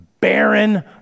barren